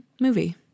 movie